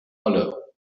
hollow